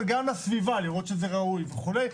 אבל גם לסביבה, לראות שזה ראוי וכו'.